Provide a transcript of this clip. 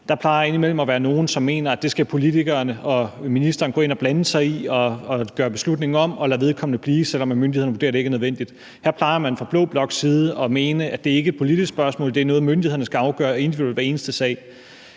Der plejer indimellem at være nogen, som mener, at det skal politikerne og ministeren gå ind at blande sig i og gøre beslutningen om og lade vedkommende blive, selv om myndighederne vurderer, at det ikke er nødvendigt. Her plejer man fra blå bloks side at mene, at det ikke er et politisk spørgsmål, men noget, som myndighederne skal afgøre individuelt i hver eneste sag.